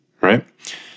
right